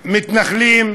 המתנחלים,